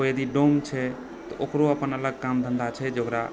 कोई यदि डोम छै तऽ ओकरो अपन अलग काम धन्धा छै जे ओकरा